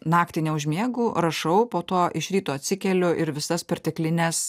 naktį neužmiegu rašau po to iš ryto atsikeliu ir visas perteklines